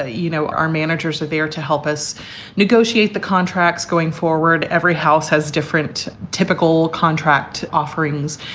ah you know, our managers are there to help us negotiate the contracts going forward. every house has different typical contract offerings.